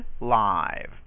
live